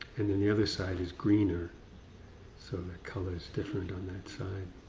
and then the other side is greener so the color is different on that side.